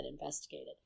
investigated